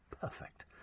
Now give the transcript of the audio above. Perfect